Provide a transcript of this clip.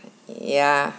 ya